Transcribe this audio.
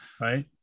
Right